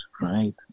right